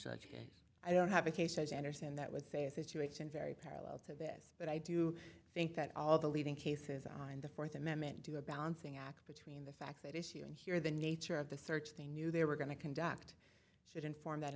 such case i don't have a case as i understand that with a situation very parallel to this but i do think that all the leading cases on the fourth amendment do a balancing act between the fact that it's you and here the nature of the search they knew they were going to conduct should inform